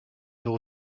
peut